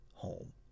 home